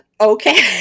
okay